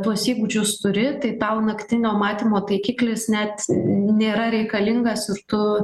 tuos įgūdžius turi tai tau naktinio matymo taikiklis net nėra reikalingas ir tu